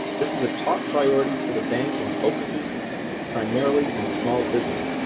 this is a top priority for the bank and focuses primarily on small business.